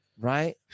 Right